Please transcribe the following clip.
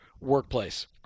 workplace